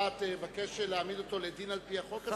אתה תבקש להעמיד אותו לדין על-פי החוק הזה?